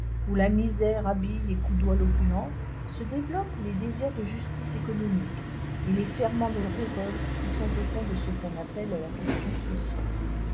où la misère habille et coudoie l'opulence se développent les désirs de justice économique et les ferments de révolte qui sont au fond de ce qu'on appelle la question sociale